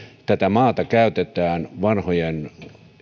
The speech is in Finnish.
tätä maata käytetään vanhojen